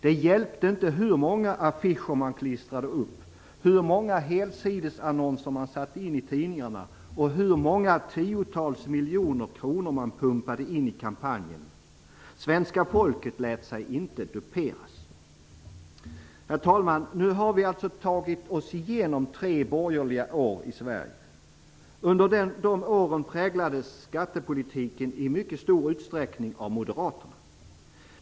Det hjälpte inte hur många affischer man än klistrade upp, hur många helsidesannonser man än satte in i tidningarna och hur många tiotals miljoner kronor man än pumpade in i kampanjen. Svenska folket lät sig inte duperas. Herr talman! Nu har vi alltså tagit oss igenom tre borgerliga år i Sverige. Under de åren präglades skattepolitiken i mycket stor utsträckning av Moderaterna.